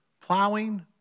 plowing